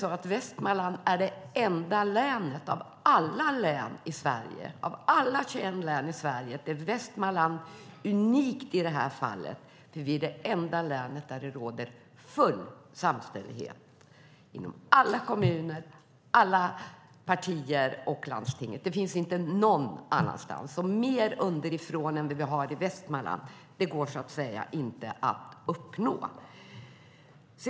Nu är Västmanland det enda av alla 21 län i Sverige där det råder full samstämmighet inom alla kommuner, i alla partier och i landstinget. Detta finns inte någon annanstans. Mer underifrånperspektiv än vi har i Västmanland går inte att uppnå.